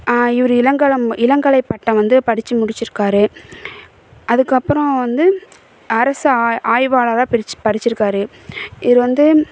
இவர் இளமைகலம் இளங்கலைப்பட்டம் வந்து படிச்சி முடிச்சிருக்கார் அதுக்கப்புறம் வந்து அரசு ஆ ஆய்வாளராக பிரிச்சு படிச்சிருக்கார் இவர் வந்து